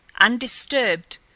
undisturbed